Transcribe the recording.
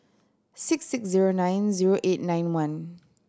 six six zero nine zero eight nine one